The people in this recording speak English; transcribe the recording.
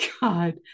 God